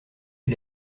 est